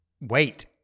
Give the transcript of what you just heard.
wait